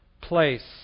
place